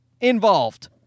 involved